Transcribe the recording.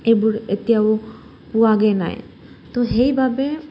এইবোৰ এতিয়াও পোৱাগে নাই তো সেইবাবে